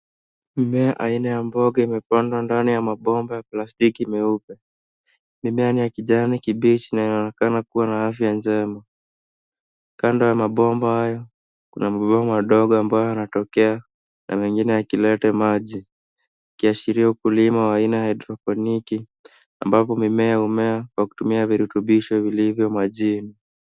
Mmea aina ya mboga umepandwa ndani ya mabomba ya plastiki meupe. Mimea ni ya kijani kibichi linaonekana kuwa na afya njema. Kando ya mabomba haya kuna mabomba madogo inayotokea na mengine yakileta maji ikiashiria ukulima aina ya hydroponiki ambapo mimea humea kwa kutumia virutubishi vilivyo majini.